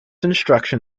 instruction